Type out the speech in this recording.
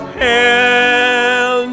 hell